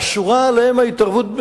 אסורה עליהם התערבות,